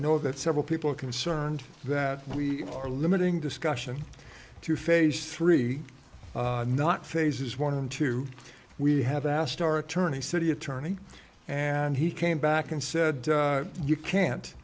know that several people are concerned that we are limiting discussion to phase three not phases one and two we have asked our attorney city attorney and he came back and said you can't